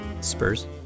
Spurs